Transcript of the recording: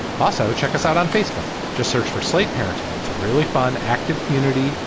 also check us out on facebook. just search for slate parenting. it's a really fun, active community.